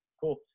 Cool